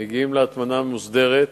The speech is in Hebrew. מגיע להטמנה מוסדרת,